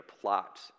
plot